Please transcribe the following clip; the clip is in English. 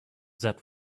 that